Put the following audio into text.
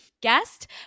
guest